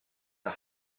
the